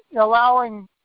allowing